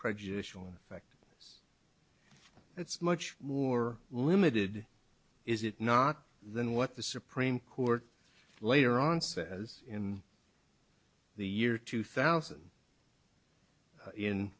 prejudicial effect it's much more limited is it not than what the supreme court later on says in the year two thousand in